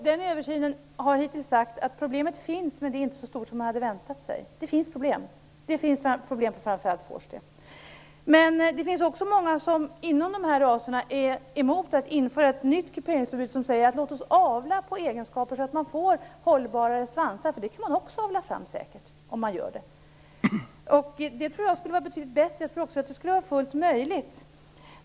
Den översynen har hittills sagt att problemet finns men är inte så stort som man hade väntat sig. Det finns problem, framför allt för vorsteh. Men det finns också många hundägare som har dessa raser som är emot att införa ett nytt kuperingsförbud. De vill i stället avla på egenskaper så att man får hållbarare svansar - det kan man nämligen säkert också avla fram. Det tror jag skulle vara betydligt bättre. Jag tror också att det skulle vara fullt möjligt.